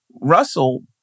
Russell